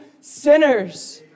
Sinners